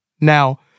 Now